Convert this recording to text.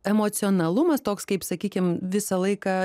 emocionalumas toks kaip sakykim visą laiką